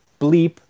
bleep